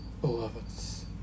Beloveds